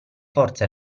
forza